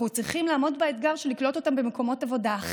אנחנו צריכים לעמוד באתגר של לקלוט אותם במקומות עבודה,